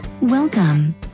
welcome